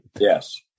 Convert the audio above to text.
Yes